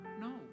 no